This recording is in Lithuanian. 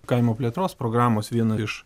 kaimo plėtros programos viena iš